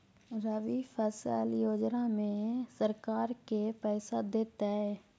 रबि फसल योजना में सरकार के पैसा देतै?